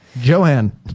Joanne